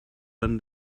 when